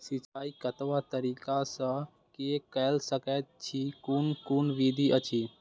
सिंचाई कतवा तरीका स के कैल सकैत छी कून कून विधि अछि?